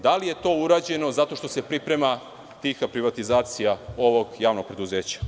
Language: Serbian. Da li je to urađeno zato što se priprema tiha privatizacija ovog javnog preduzeća?